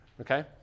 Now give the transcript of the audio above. Okay